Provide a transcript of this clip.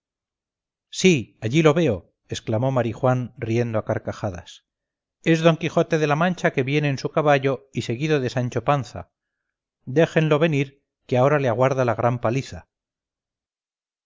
sí allí lo veo exclamó marijuán riendo a carcajadas es d quijote de la mancha que viene en su caballo y seguido de sancho panza déjenlo venir que ahora le aguarda la gran paliza